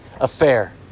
affair